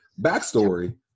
Backstory